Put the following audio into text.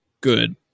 good